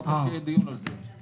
אמרת שיהיה דיון על זה.